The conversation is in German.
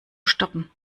stoppen